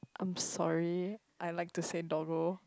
I'm sorry I like to say doggo